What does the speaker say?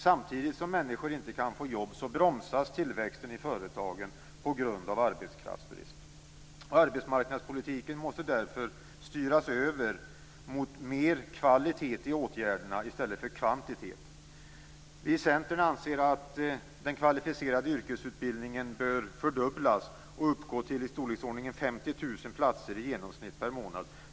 Samtidigt som människor inte kan få jobb bromsas tillväxten i företagen på grund av arbetskraftsbrist. Arbetsmarknadspolitiken måste därför styras över mot mer kvalitet i åtgärderna i stället för kvantitet. Centern anser att för att möta efterfrågan på vissa typer av utbildad arbetskraft i näringslivet att den kvalificerade yrkesutbildningen bör fördubblas och uppgå till i storleksordningen 50 000 platser i genomsnitt per månad.